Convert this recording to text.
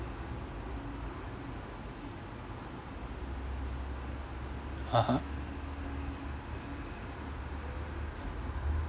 (uh huh)